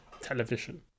television